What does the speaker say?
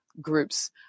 groups